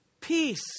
peace